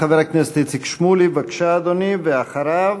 חבר הכנסת איציק שמולי, בבקשה, אדוני, ואחריו,